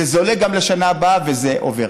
זה זולג גם לשנה הבאה, וזה עובר.